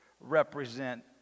represent